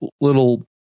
little